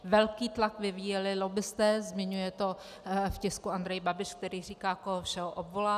Velký tlak vyvíjeli lobbisté, zmiňuje to v tisku Andrej Babiš, který říká, koho všeho obvolával.